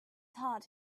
heart